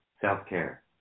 Self-care